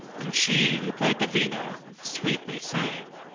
and she who played the vina sweetly sang